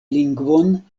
lingvon